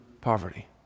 poverty